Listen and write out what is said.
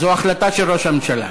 זו החלטה של ראש הממשלה.